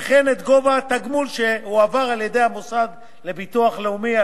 וכן את גובה התגמול שהועבר אליו על-ידי המוסד לביטוח לאומי.